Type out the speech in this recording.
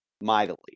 mightily